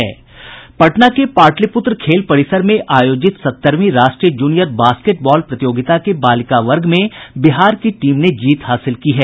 पटना के पाटलिपूत्र खेल परिसर में आयोजित सत्तरवीं राष्ट्रीय जूनियर बास्केट बॉल प्रतियोगिता के बालिका वर्ग में बिहार की टीम ने जीत हासिल की है